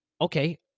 okay